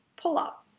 pull-up